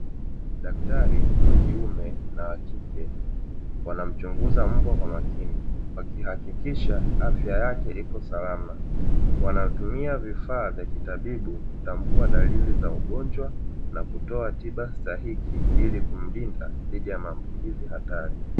Daktari wa kiume na wa kike wanamchunguza mbwa kwa makini wakihakikisha afya yake iko salama. Wanatumia vifaa vya kitabibu kutambua dalili za ugonjwa na kutoa tiba stahiki ili kumlinda dhidi ya maambukizi hatari.